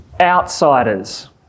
outsiders